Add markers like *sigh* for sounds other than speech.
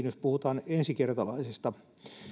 *unintelligible* jos puhutaan ensikertalaisesta